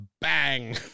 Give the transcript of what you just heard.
bang